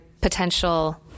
potential